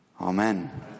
Amen